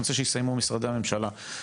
אני רוצה שיסיימו משרדי הממשלה.